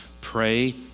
pray